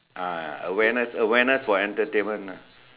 ah awareness awareness for entertainment lah